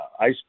ice